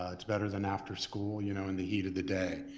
ah it's better than after school you know in the heat of the day.